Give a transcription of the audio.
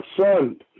son